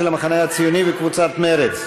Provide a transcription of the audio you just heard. של קבוצת סיעת המחנה הציוני וקבוצת סיעת מרצ.